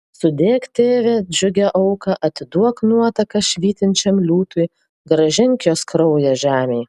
sudėk tėve džiugią auką atiduok nuotaką švytinčiam liūtui grąžink jos kraują žemei